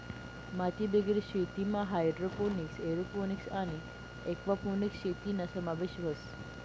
मातीबिगेर शेतीमा hydroponics, aeroponics आणि एक्वापोनिक्स शेतीना समावेश व्हस